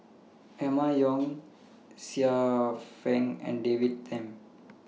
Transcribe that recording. Emma Yong Xiu Fang and David Tham